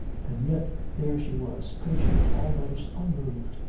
and yet there she was, patient, almost unmoved,